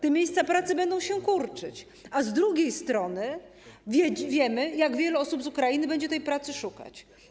Te miejsca pracy będą się kurczyć, a z drugiej strony wiemy, jak wiele osób z Ukrainy będzie tej pracy szukać.